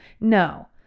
no